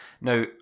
Now